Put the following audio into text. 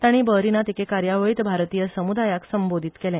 ताणी बहरीनात एके कार्यावळीत भारतीय समूदायाक संबोधीत केले